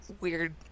weird